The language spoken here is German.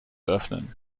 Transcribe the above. öffnen